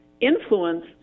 influence